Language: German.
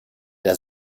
der